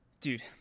dude